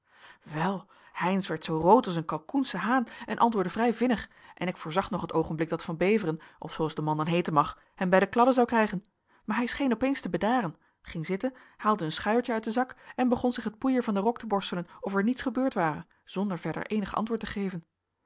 wel heynsz werd zoo rood als een kalkoensche haan en antwoordde vrij vinnig en ik voorzag nog het oogenblik dat van beveren of zooals de man dan heeten mag hem bij de kladden zou krijgen maar hij scheen opeens te bedaren ging zitten haalde een schuiertje uit den zak en begon zich het poeier van den rok te borstelen of er niets gebeurd ware zonder verder eenig antwoord te geven